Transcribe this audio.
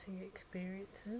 experiences